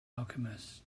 alchemist